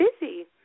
busy